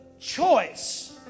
choice